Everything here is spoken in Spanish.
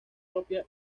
propia